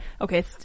Okay